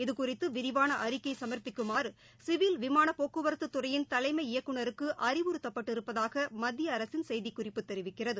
இது குறித்து விரிவான அறிக்கை சும்ப்பிக்குமாறு சிவில் விமான போக்குவரத்துத் துறையின் தலைமை இயக்குநருக்கு அறிவுறத்தப்பட்டிருப்பதாக மத்திய அரசின் செய்திக்குறிப்பு தெரிவிக்கிறது